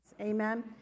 Amen